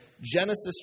Genesis